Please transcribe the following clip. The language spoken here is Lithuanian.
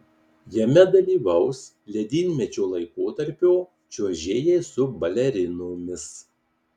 jame dalyvaus ledynmečio laikotarpio čiuožėjai su balerinomis